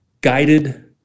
guided